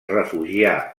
refugià